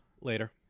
later